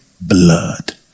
blood